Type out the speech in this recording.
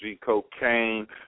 Cocaine